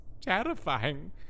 terrifying